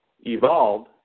evolved